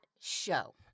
show